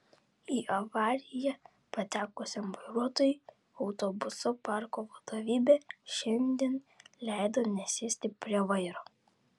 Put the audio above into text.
į avariją patekusiam vairuotojui autobusų parko vadovybė šiandien leido nesėsti prie vairo